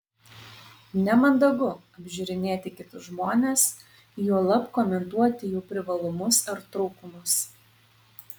nemandagu apžiūrinėti kitus žmones juolab komentuoti jų privalumus ar trūkumus